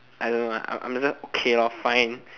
I don't know lah I'm I'm just okay lor fine